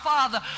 Father